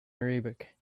arabic